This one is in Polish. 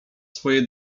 swoje